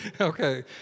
Okay